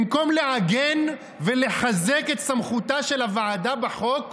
במקום לעגן ולחזק את סמכותה של הוועדה בחוק,